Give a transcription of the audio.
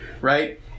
right